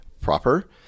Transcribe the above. proper